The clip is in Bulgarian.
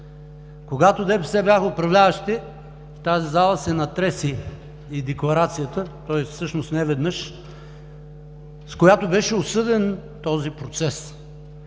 Когато ДПС бяха управляващи, в тази зала се натресе и декларацията, всъщност не веднъж, с която беше осъден този процес.